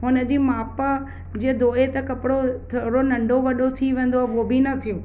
हुन जी माप जीअं धोए त कपिड़ो थोरो नंढो वॾो थी वेंदो उहो बि न थियो